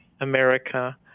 America